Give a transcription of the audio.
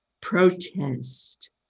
protest